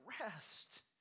rest